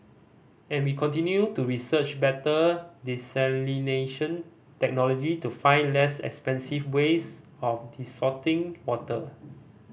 and we continue to research better desalination technology to find less expensive ways of desalting water